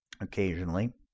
occasionally